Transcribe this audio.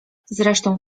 zresztą